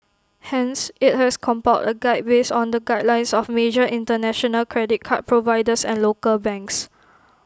hence IT has compiled A guide based on the guidelines of major International credit card providers and local banks